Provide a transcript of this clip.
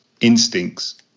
instincts